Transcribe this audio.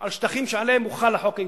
על שטחים שהוחל עליהם החוק היהודי,